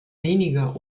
weniger